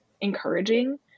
encouraging